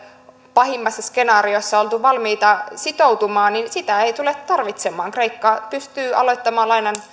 pahimmassa skenaariossa oltu valmiita sitoutumaan ei tulla tarvitsemaan kreikka pystyy aloittamaan lainan